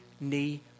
knee